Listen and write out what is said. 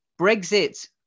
Brexit